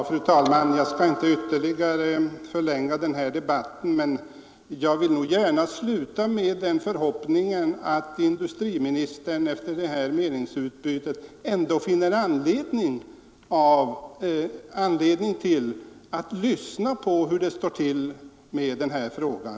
Fru talman! Jag skall inte ytterligare förlänga den här debatten, men jag vill nog gärna sluta med att uttala den förhoppningen att industriministern efter det här meningsutbytet ändå finner anledning att litet närmare undersöka hur det står till i den här frågan.